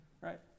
Right